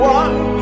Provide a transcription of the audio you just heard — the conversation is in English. one